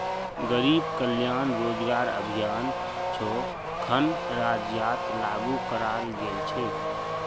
गरीब कल्याण रोजगार अभियान छो खन राज्यत लागू कराल गेल छेक